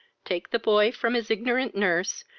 take the boy from his ignorant nurse,